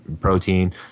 protein